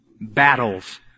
Battles